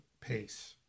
pace